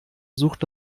sucht